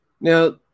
Now